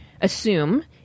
assume